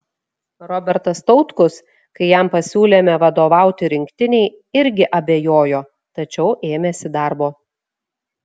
robertas tautkus kai jam pasiūlėme vadovauti rinktinei irgi abejojo tačiau ėmėsi darbo